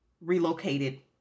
relocated